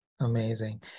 Amazing